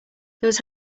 there